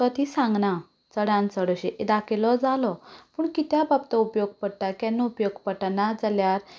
तो ती सांगना चडांत चड अशें दाखयलो जालो पूण कित्याक तो उपयोग पडटा केन्ना तो उपयोग पडटा